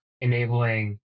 enabling